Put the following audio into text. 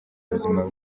ubuzima